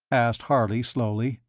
asked harley, slowly,